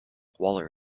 waller